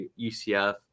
UCF